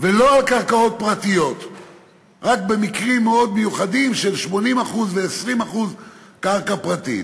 ולא על קרקעות פרטיות רק במקרים מאוד מיוחדים של 80% ו-20% קרקע פרטית.